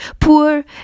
poor